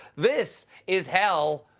this is hell.